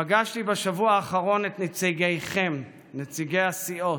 פגשתי בשבוע האחרון את נציגיכם, נציגי הסיעות,